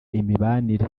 imibanire